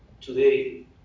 today